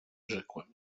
rzekłem